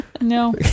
No